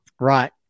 Right